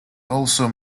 also